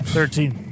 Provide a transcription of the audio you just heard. Thirteen